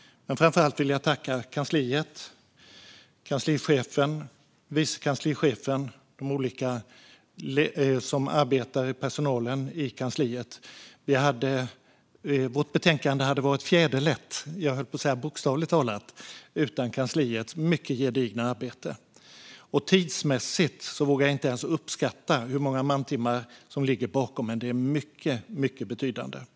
Men framför allt vill jag tacka kansliet - kanslichefen, vice kanslichefen och de olika personer som arbetar i personalen i kansliet. Vårt betänkande hade varit fjäderlätt - bokstavligt talat, höll jag på att säga - utan kansliets mycket gedigna arbete. Vad gäller det tidsmässiga vågar jag inte ens uppskatta hur många mantimmar som ligger bakom, men det är ett mycket betydande arbete.